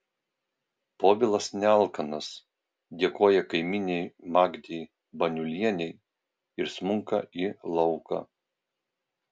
povilas nealkanas dėkoja kaimynei magdei baniulienei ir smunka į lauką